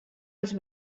els